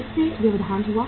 इससे व्यवधान हुआ